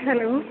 hello